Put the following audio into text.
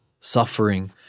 suffering